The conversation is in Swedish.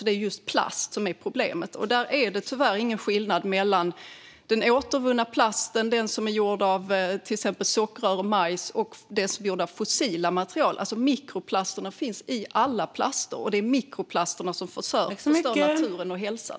Det är just plast som är problemet, och där är det tyvärr ingen skillnad mellan den återvunna plasten, den som är gjord av till exempel sockerrör och majs, och den som är gjord av fossila material. Mikroplasterna finns i alla plaster, och det är mikroplasterna som förstör naturen och hälsan.